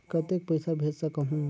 कतेक पइसा भेज सकहुं?